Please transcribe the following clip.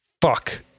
fuck